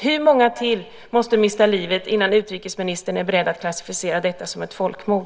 Hur många till måste mista livet innan utrikesministern är beredd att klassificera detta som ett folkmord?